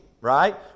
right